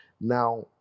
Now